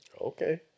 Okay